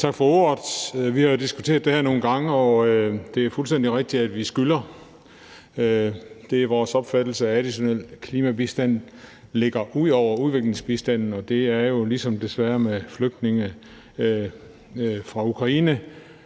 Tak for ordet. Vi har jo diskuteret det her nogle gange, og det er fuldstændig rigtigt, at vi skylder. Det er vores opfattelse, at additionel klimabistand ligger ud over udviklingsbistanden. Det er jo desværre lige som med flygtninge fra Ukraine: